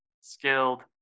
skilled